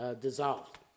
dissolved